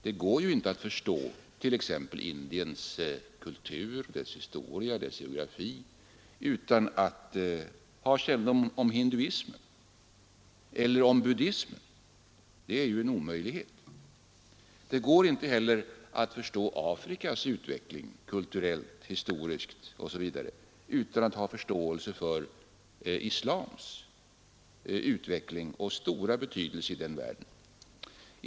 Det går ju inte att förstå t.ex. Indiens kultur, dess historia, dess geografi utan att ha kännedom om hinduismen eller buddismen — det är en omöjlighet. Det går inte heller att förstå Afrikas utveckling kulturellt, historiskt osv. utan att ha förståelse för islams utveckling och stora betydelse i den världen.